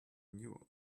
knew